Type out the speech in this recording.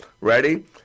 Ready